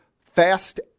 fast